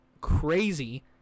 crazy